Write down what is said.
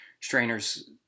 strainer's